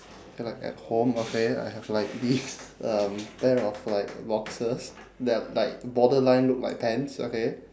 so like at home okay at home I have like this um pair of like boxers that like borderline look like pants okay